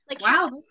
wow